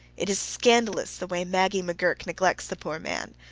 it is scandalous the way maggie mcgurk neglects the poor man.